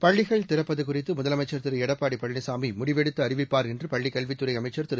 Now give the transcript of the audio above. பள்ளிகள் திறப்பது குறித்து முதலமைச்சர் திரு எடப்பாடி பழனிசாமி முடிவெடுத்து அறிவிப்பார் என்று பள்ளிக் கல்வித்துறை அமைச்சர் திரு